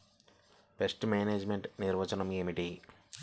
Pest management నిర్వచనం ఏమిటి?